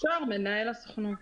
אפשר מנהל הסוכנות.